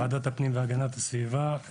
ועדת הפנים והגנת הסביבה,